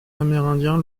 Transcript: amérindiens